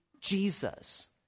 Jesus